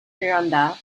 miranda